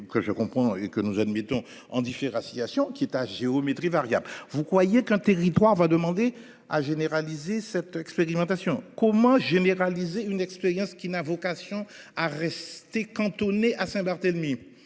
que je comprends et que nous admettons en différenciation qui est à géométrie variable. Vous croyez qu'un territoire va demander à généraliser cette expérimentation comment généraliser une expérience qui n'a vocation à rester cantonné à Saint-Barthélemy.